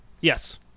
Yes